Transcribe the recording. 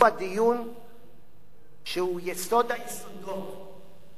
שהוא יסוד היסודות לקיומה של הכנסת.